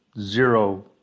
zero